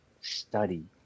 study